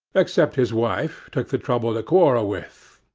except his wife, took the trouble to quarrel with,